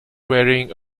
wearing